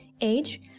age